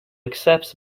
accepts